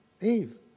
Eve